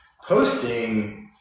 posting